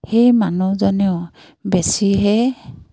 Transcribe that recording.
সেই মানুহজনেও বেছিহে